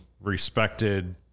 respected